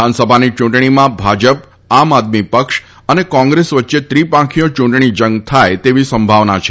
વિધાનસભાની ચૂંટણીમાં ભાજપ આમ આદમી પક્ષ અને કોંગ્રેસ વચ્ચે ત્રિપાંખીયો ચૂંટણી જંગ થાય તેવી સંભાવના છે